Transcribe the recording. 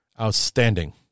outstanding